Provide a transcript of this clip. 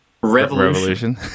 Revolution